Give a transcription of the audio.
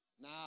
Now